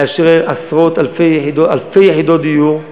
לאשרר אלפי יחידות דיור,